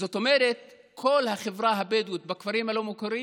זאת אומרת, כל החברה הבדואית בכפרים הלא-מוכרים